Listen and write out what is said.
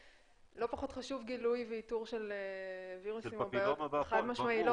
לא פחות חשוב גילוי ואיתור של וירוסים --- זה פפילומה והכל --- לא,